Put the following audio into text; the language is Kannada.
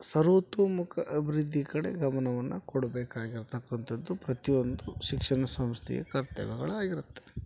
ಸರ್ವತೋಮುಖ ಅಭಿವೃದ್ಧಿ ಕಡೆ ಗಮನವನ್ನು ಕೊಡ್ಬೇಕಾಗಿರತಕ್ಕಂಥದ್ದು ಪ್ರತಿಯೊಂದು ಶಿಕ್ಷಣ ಸಂಸ್ಥೆಯ ಕರ್ತವ್ಯಗಳು ಆಗಿರುತ್ತವೆ